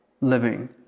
living